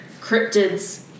cryptids